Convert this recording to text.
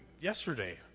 yesterday